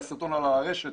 הסרטון עלה לרשת